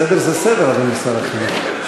סדר זה סדר, אדוני שר החינוך.